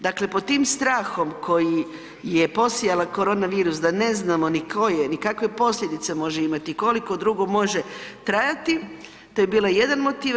Dakle, pod tim strahom koji je posijao korona virus da ne znamo ni ko je, ni kakve posljedice može imati, koliko dugo može trajati, to je bio jedan motiv.